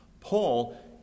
Paul